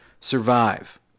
survive